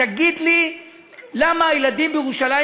תגיד לי למה הילדים בירושלים,